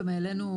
למה?